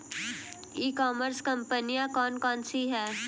ई commerce कंपनियाँ कौन कौन सी हैं?